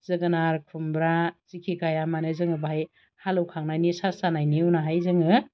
जोगोनार खुमब्रा जिखि गाइया मानो जोङो बाहाय हालेवखांनायनि सास जानायनि उनावहाय जोङो